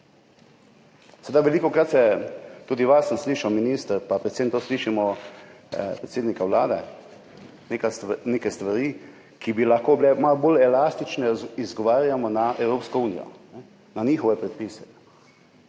Seveda, velikokrat se, tudi vas sem slišal, minister, predvsem pa to slišimo predsednika Vlade, glede nekih stvari, ki bi lahko bile malo bolj elastične, izgovarjamo na Evropsko unijo, na njihove predpise.